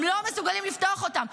-- הם לא מסוגלים לפתוח אותם.